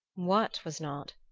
what was not?